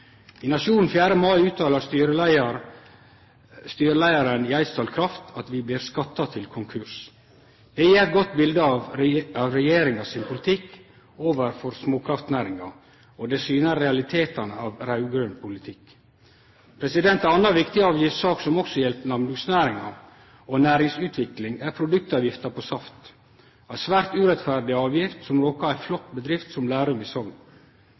I Nationen 4. mai uttalar styreleiaren i Eidsdal Kraft at vi blir skattlagde til konkurs. Det gjev eit godt bilete av regjeringa sin politikk overfor småkraftnæringa, og det syner realitetane av raud-grøn politikk. Ei anna viktig avgiftssak som også gjeld landbruksnæringa og næringsutvikling, er produktavgifta på saft – ei svært urettferdig avgift som råkar ei flott bedrift som Lerum i